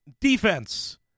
defense